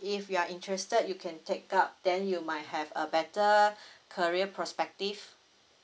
if you are interested you can take up then you might have a better career prospective